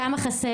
כמה חסר.